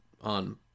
on